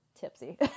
tipsy